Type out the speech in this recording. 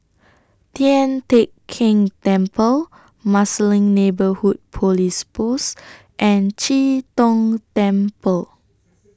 Tian Teck Keng Temple Marsiling Neighbourhood Police Post and Chee Tong Temple